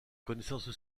connaissances